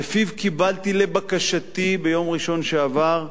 שלפיו קיבלתי, לבקשתי ביום ראשון שעבר,